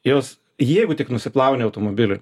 jos jeigu tik nusiplauni automobilį vat